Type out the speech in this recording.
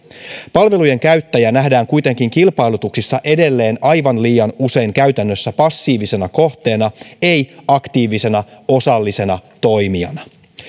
palvelujen käyttäjä nähdään kuitenkin kilpailutuksissa edelleen aivan liian usein käytännössä passiivisena kohteena ei aktiivisena osallisena toimijana